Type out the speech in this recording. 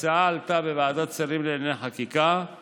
ההצעה עלתה בוועדת שרים לענייני חקיקה,